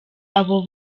babo